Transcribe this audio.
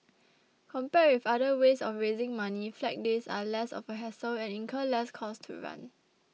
compared with other ways of raising money flag days are less of a hassle and incur less cost to run